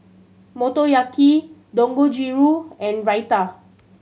Motoyaki Dangojiru and Raita